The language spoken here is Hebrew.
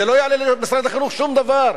זה לא יעלה למשרד החינוך שום דבר.